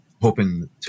hoping